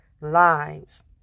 lives